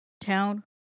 town